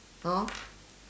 hor